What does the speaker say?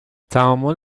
تعامل